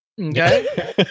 Okay